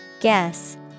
Guess